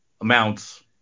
amounts